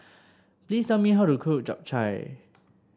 please tell me how to cook Japchae